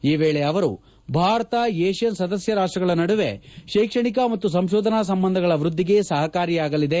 ಈ ವೇಳೆ ಅವರು ಭಾರತ ವಿಷಿಯನ್ ಸದಸ್ಯ ರಾಷ್ಟಗಳ ನಡುವೆ ಶೈಕ್ಷಣಿಕ ಮತ್ತು ಸಂಶೋಧನಾ ಸಂಬಂಧಗಳ ವೃದ್ದಿಗೆ ಸಪಕಾರಿಯಾಗಲಿದೆ